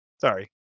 Sorry